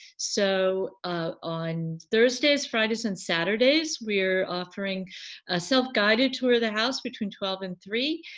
so on thursdays, fridays and saturdays, we are offering a self-guided tour of the house between twelve and three,